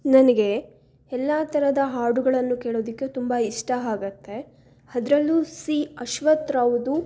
ನನಗೆ ಎಲ್ಲ ತರಹದ ಹಾಡುಗಳನ್ನು ಕೇಳೋದಕ್ಕೆ ತುಂಬ ಇಷ್ಟ ಆಗುತ್ತೆ ಅದ್ರಲ್ಲೂ ಸಿ ಅಶ್ವಥ್ರವ್ರ್ದು